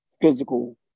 physical